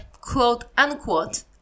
quote-unquote